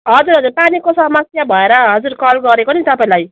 हजुर हजुर पानीको समस्या भएर हजुर कल गरेको नि तपाईँलाई